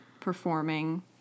Performing